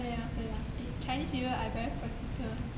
对啊对啊 eh chinese new year I very practical